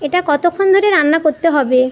এটা কতক্ষণ ধরে রান্না করতে হবে